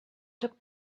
took